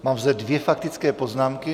Mám zde dvě faktické poznámky.